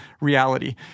reality